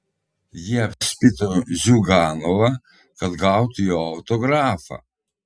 jie apspito ziuganovą kad gautų jo autografą